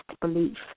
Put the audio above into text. belief